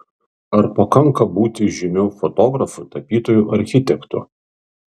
ar pakanka būti žymiu fotografu tapytoju architektu